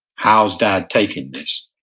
how's dad taking this?